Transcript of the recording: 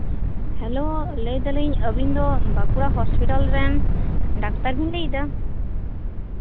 hello ᱞᱟᱹᱭ ᱫᱟᱞᱤᱧ ᱟᱵᱤᱱ ᱫᱚ ᱵᱟᱸᱠᱩᱲᱟ ᱦᱚᱥᱯᱤᱴᱟᱞ ᱨᱮᱱ ᱰᱟᱠᱛᱟᱨ ᱵᱮᱱ ᱞᱟᱹᱭᱮᱜᱼᱟ